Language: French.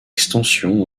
extensions